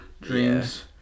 dreams